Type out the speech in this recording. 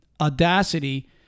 audacity